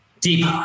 deep